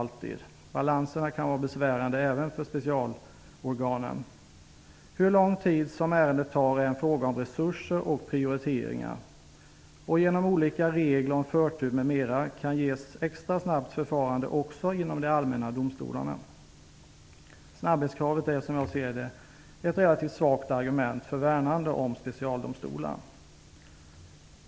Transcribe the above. Balanserna kan vara besvärande även för specialorganen. Hur lång tid som ärendet tar är en fråga om resurser och prioriteringar. Genom olika regler om förtur m.m. kan det ges ett extra snabbt förfarande även inom de allmänna domstolarna. Snabbhetskravet är, som jag ser det, ett relativt svagt argument för värnande om specialdomstolar.